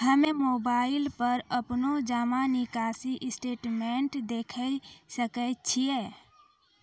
हम्मय मोबाइल पर अपनो जमा निकासी स्टेटमेंट देखय सकय छियै?